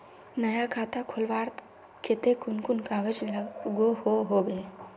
नया खाता खोलवार केते कुन कुन कागज लागोहो होबे?